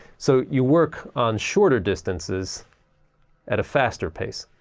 so you work on shorter distances at a faster pace.